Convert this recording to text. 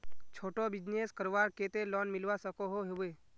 छोटो बिजनेस करवार केते लोन मिलवा सकोहो होबे?